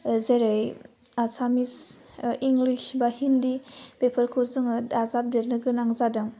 ओह जेरै आसामिस ओह इंग्लिस बा हिन्दी बेफोरखौ जोङो दाजाबदेरनो गोनां जादों